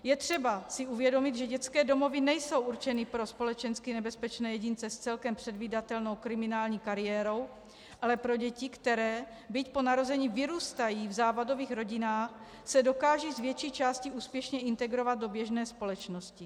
Je třeba si uvědomit, že dětské domovy nejsou určeny pro společensky nebezpečné jedince s celkem předvídatelnou kriminální kariérou, ale pro děti, které, byť po narození vyrůstají v závadových rodinách, se dokážou z větší části úspěšně integrovat do běžné společnosti.